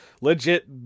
legit